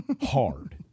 Hard